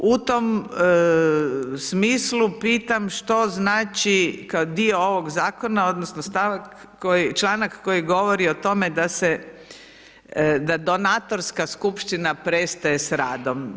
U tom smislu pitam što znači kao dio ovog zakona, odnosno članak koji govori o tome da donatorska skupština prestaje s radom.